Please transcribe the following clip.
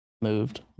moved